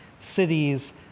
cities